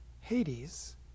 Hades